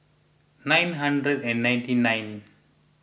nine hundred and ninety nine